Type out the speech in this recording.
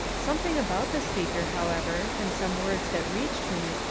something about the speaker, however, and some words that reached me,